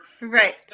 Right